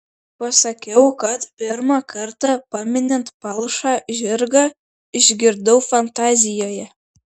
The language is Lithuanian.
pasakiau kad pirmą kartą paminint palšą žirgą išgirdau fantazijoje